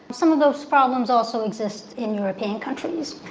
some of those problems also exist in european countries.